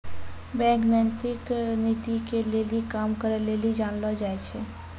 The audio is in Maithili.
बैंक नैतिक नीति के लेली काम करै लेली जानलो जाय छै